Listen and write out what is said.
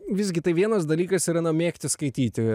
visgi tai vienas dalykas yra na mėgti skaityti